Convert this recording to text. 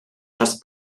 dros